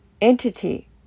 entity